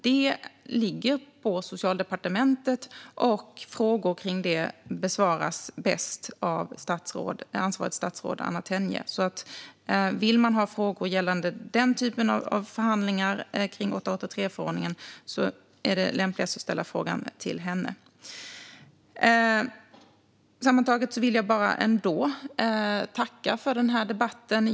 Detta ligger hos Socialdepartementet, och frågor om det besvaras bäst av det ansvariga statsrådet Anna Tenje. Vill man ställa frågor gällande den typen av förhandlingar om 883-förordningen är det lämpligast att ställa dem till henne. Sammantaget vill jag tacka för denna debatt.